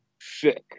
sick